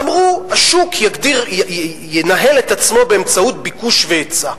אמרו: השוק ינהל את עצמו באמצעות ביקוש והיצע,